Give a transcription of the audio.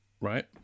right